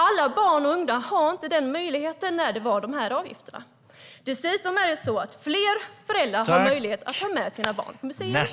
Alla barn och unga har inte haft denna möjlighet när det var avgifter. Dessutom får fler föräldrar möjlighet att ta med sina barn på museum.